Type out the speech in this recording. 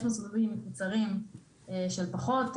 יש מסלולים קצרים של פחות,